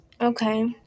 Okay